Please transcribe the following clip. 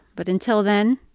but until then,